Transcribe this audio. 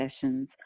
sessions